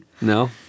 No